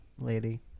lady